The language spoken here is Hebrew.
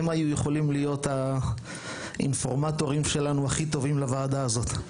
הם היו יכולים להיות האינפורמטורים הכי טובים לוועדה הזאת.